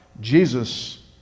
Jesus